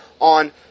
on